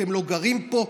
אתם לא גרים פה.